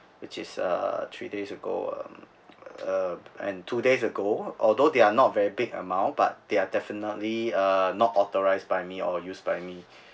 which is uh three days ago um uh and two days ago although they are not very big amount but they are definitely uh not authorised by me or used by me